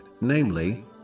namely